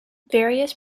various